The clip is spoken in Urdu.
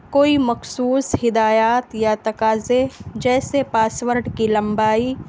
کوئی مخصوص ہدایات یا تقاضے جیسے پاسورڈ کی لمبائی